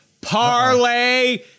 parlay